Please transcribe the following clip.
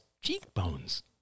cheekbones